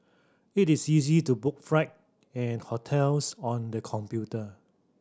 it is easy to book fright and hotels on the computer